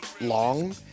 long